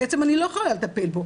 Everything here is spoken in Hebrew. בעצם אני לא יכולה לטפל בו.